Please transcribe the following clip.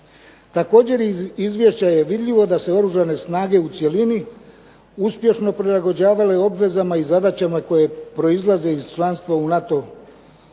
Također, iz izvješća je vidljivo da se Oružane snage u cjelini uspješno prilagođavale obvezama i zadaćama koje proizlaze iz članstva u NATO savezu